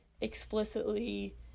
explicitly